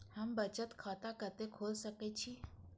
हम बचत खाता कते खोल सके छी?